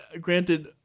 Granted